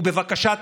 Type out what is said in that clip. ובבקשה,